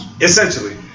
essentially